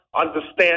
understand